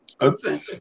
Okay